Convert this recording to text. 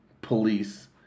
police